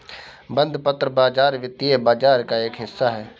बंधपत्र बाज़ार वित्तीय बाज़ार का एक हिस्सा है